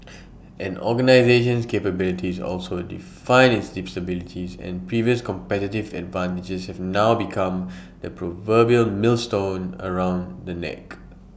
an organisation's capabilities also define its disabilities and previous competitive advantages have now become the proverbial millstone around the neck